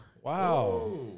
Wow